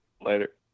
Later